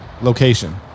location